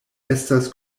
estas